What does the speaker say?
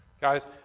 Guys